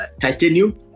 titanium